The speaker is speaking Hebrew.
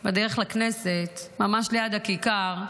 בדרך לכנסת, ממש ליד הכיכר,